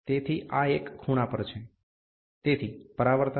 તેથી આ એક ખૂણા પર છે તેથી પરાવર્તન થાય છે